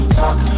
talk